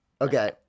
Okay